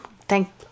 Thank